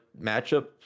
matchup